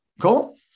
Cool